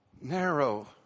narrow